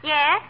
Yes